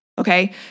Okay